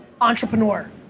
entrepreneur